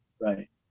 Right